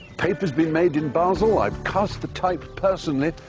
paper's been made in basel. i've cast the type personally.